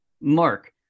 Mark